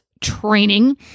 training